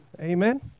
Amen